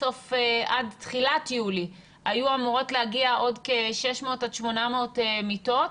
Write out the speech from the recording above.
שעד תחילת יולי היו אמורות להגיע עוד כ-600 עד 800 מכונות הנשמה,